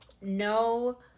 no